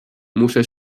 muszę